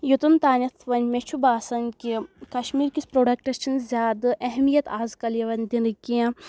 یوتن تامَتھ وۄنۍ مےٚ چھُ باسان کہِ کشمیٖر کِس پروڈَکٹَس چھِنہٕ زیادٕ اہمیت آز کَل یِوان دِنہٕ کینٛہہ